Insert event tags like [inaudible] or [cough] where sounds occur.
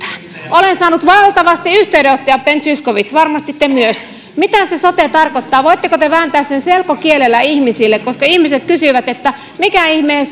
olen saanut valtavasti yhteydenottoja ben zyskowicz varmasti te myös että mitä se sote tarkoittaa voitteko te vääntää sen selkokielellä ihmisille koska ihmiset kysyvät että mikä ihmeen [unintelligible]